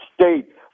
State